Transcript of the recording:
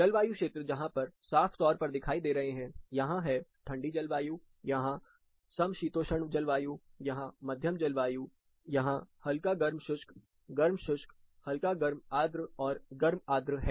जलवायु क्षेत्र जहां पर साफ तौर पर दिखाई दे रहे हैं यहां है ठंडी जलवायु यहां समशीतोष्ण जलवायु या मध्यम जलवायु यहां हल्का गर्म शुष्क गर्म शुष्क हल्का गर्म आद्र और गर्म आद्र है